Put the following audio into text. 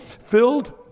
filled